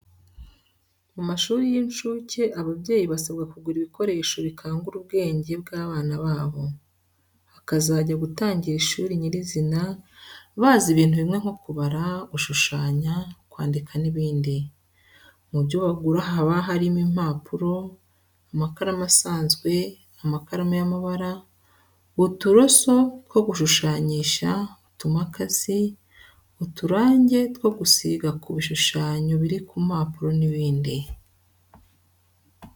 Mu mashuri y'incuke, ababyeyi basabwa kugura ibikoresho bikangura ubwenge bw'abana babo, bakazajya gutangira ishuri nyirizina bazi ibintu bimwe nko kubara, gushushanya, kwandika n'ibindi. Mu byo bagura haba harimo impapuro, amakaramu asanzwe, amakaramu y'amabara, uturoso two gushushanyisha, utumakasi, uturange two gusiga ku bishushanyo biri ku mpapuro n'ibindi.